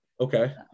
Okay